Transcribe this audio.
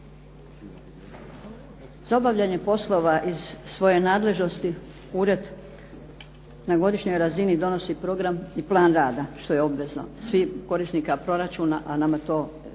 Za obavljanje poslova iz svoje nadležnosti ured na godišnjoj razini donosi program i plan rada što je obvezno svih korisnika proračuna, a nama to